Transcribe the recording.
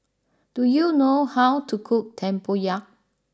do you know how to cook Tempoyak